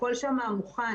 הכול שם מוכן.